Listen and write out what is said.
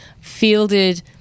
fielded